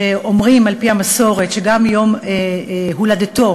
שאומרים על-פי המסורת שגם יום הולדתו,